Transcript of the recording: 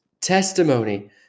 testimony